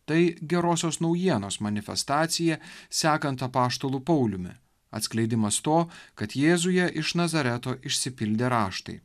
tai gerosios naujienos manifestacija sekant apaštalu pauliumi atskleidimas to kad jėzuje iš nazareto išsipildė raštai